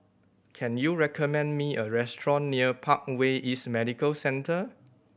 can you recommend me a restaurant near Parkway East Medical Centre